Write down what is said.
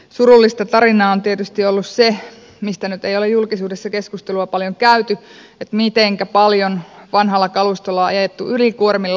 surullista tarinaa on tietysti ollut se mistä nyt ei ole julkisuudessa keskustelua paljon käyty mitenkä paljon vanhalla kalustolla on ajettu ylikuormilla